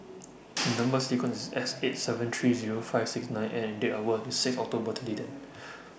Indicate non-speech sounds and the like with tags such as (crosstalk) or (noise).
(noise) Number sequence IS S eight seven three Zero five six nine N and Date of birth IS six October twenty ten